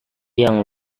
yang